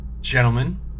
gentlemen